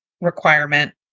requirement